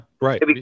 right